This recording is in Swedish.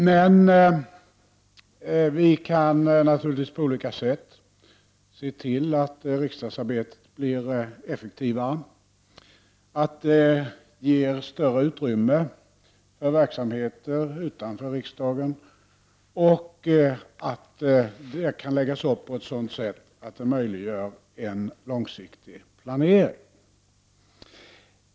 Men vi kan naturligtvis på olika sätt se till att riksdagsarbetet blir effektivare, att det ger större utrymme för verksamheter utanför riksdagen och att det kan läggas upp på ett sådant sätt att det möjliggör en långsiktig planering.